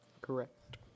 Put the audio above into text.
Correct